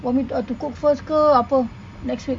want me uh to cook first ke apa next week